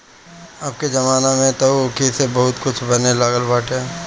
अबके जमाना में तअ ऊखी से बहुते कुछ बने लागल बाटे